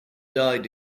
died